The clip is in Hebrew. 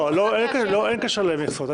אין קשר למכסות.